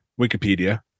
Wikipedia